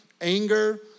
anger